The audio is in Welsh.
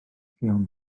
ffion